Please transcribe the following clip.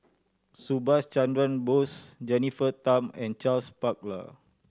Subhas Chandra Bose Jennifer Tham and Charles Paglar